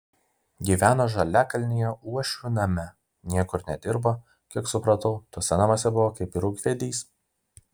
gyveno žaliakalnyje uošvių name niekur nedirbo kiek supratau tuose namuose buvo kaip ir ūkvedys